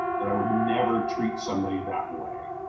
that i would never treat somebody that way.